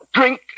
Drink